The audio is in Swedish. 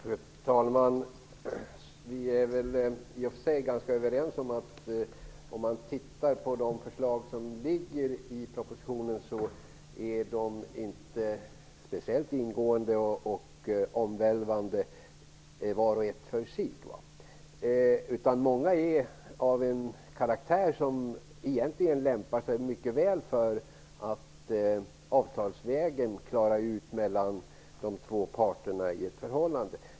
Fru talman! Vi är väl i och för sig ganska överens om att vart och ett av förslagen i propositionen inte som sådana är speciellt ingående och omvälvande. Många har en karaktär som gör att de egentligen är mycket väl lämpade att klaras ut avtalsvägen mellan de två parterna i ett förhållande.